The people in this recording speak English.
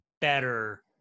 better